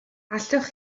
allwch